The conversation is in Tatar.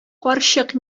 карчык